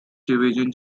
division